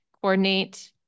coordinate